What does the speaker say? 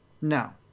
No